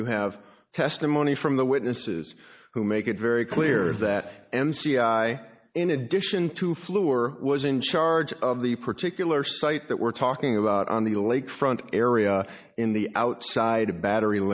you have testimony from the witnesses who make it very clear that m c i in addition to floure was in charge of the particular site that we're talking about on the lake front area in the outside battery